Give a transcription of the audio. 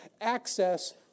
access